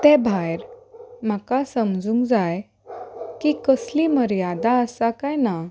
ते भायर म्हाका समजूंक जाय की कसली मर्यादा आसा काय ना